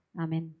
Amen